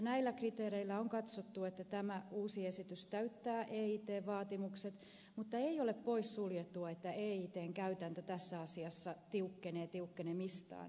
näillä kriteereillä on katsottu että tämä uusi esitys täyttää eit vaatimukset mutta ei ole poissuljettua että eitn käytäntö tässä asiassa tiukkenee tiukkenemistaan